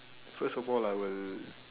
first of all I will